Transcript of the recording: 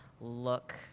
look